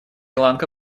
ланка